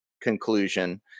conclusion